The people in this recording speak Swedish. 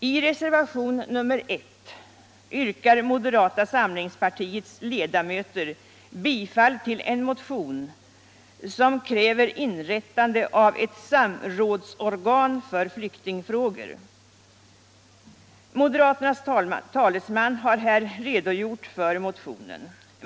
I reservation nr I yrkar moderata samlingspartiets ledamöter bifall till en motion som kräver inrättande av ett samrådsorgan för flyktingfrågor. Moderaternas talesman har här redogjort för motionen.